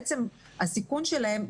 בעצם הסיכון שלהם,